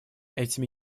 этими